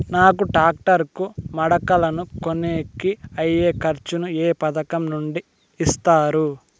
నాకు టాక్టర్ కు మడకలను కొనేకి అయ్యే ఖర్చు ను ఏ పథకం నుండి ఇస్తారు?